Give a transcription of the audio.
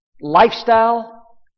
lifestyle